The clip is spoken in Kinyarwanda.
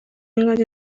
ingagi